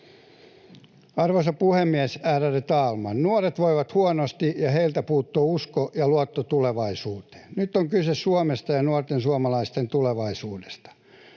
Arvoisa puhemies, ärade talman! Nuoret voivat huonosti, ja heiltä puuttuu usko ja luotto tulevaisuuteen. Nyt on kyse Suomesta ja nuorten suomalaisten tulevaisuudesta.